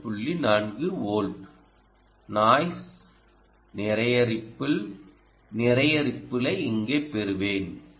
4 volt noise நிறைய ripple நிறைய ரிப்பிளை இங்கே பெறுவேன்